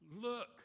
look